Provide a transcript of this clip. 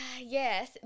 Yes